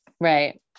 right